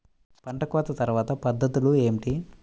పంట కోత తర్వాత పద్ధతులు ఏమిటి?